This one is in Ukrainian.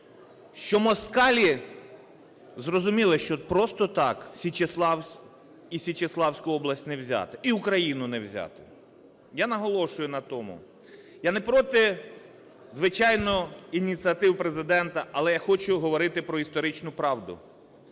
що москалі зрозуміли, що просто так Січеславськ і Січеславську область не взяти, і Україну не взяти. Я наголошую на тому. Я не проти, звичайно, ініціатив Президента, але я хочу говорити про історичну правду.